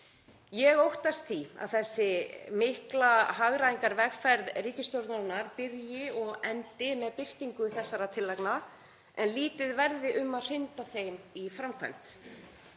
Ég óttast því að þessi mikla hagræðingarvegferð ríkisstjórnarinnar byrji og endi með birtingu þessara tillagna en lítið verði um að hrinda þeim í framkvæmd.